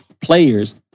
players